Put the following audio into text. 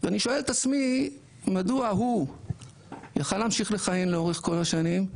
ואני שואל את עצמי מדוע הוא יכל להמשיך לכהן לאורך כל השנים,